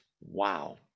wow